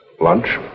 Lunch